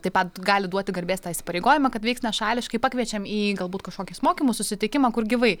taip pat gali duoti garbės tą įsipareigojimą kad veiks nešališkai pakviečiam į galbūt kažkokius mokymus susitikimą kur gyvai